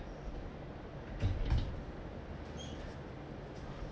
for sure